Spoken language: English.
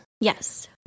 Yes